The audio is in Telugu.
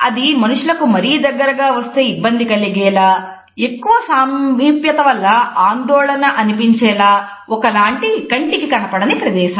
అది మనుషులు మరీ దగ్గరగా వస్తే ఇబ్బంది కలిగేలా ఎక్కువ సామీప్యత వల్ల ఆందోళన అనిపించేలా ఒకలాంటి కంటికి కనపడని ప్రదేశం